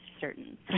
certain